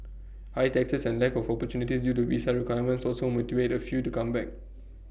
high taxes and lack of opportunities due to visa requirements also motivate A few to come back